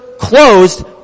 closed